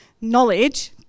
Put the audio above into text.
knowledge